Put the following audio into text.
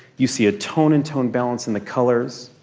you see a tone in tone balance in the colors.